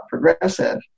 progressive